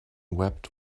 wept